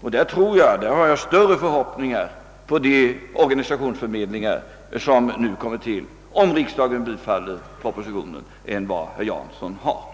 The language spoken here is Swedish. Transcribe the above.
Detta är det viktigaste — därvidlag delar jag helt herr Janssons uppfattning. Men jag har större förhoppningar på de organisationsförmedlingar, som tillkommer om riksdagen bifaller propositionen, än vad herr Jansson har.